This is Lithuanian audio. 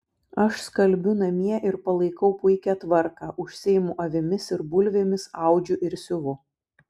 aš skalbiu namie ir palaikau puikią tvarką užsiimu avimis ir bulvėmis audžiu ir siuvu